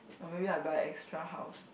no maybe I buy extra house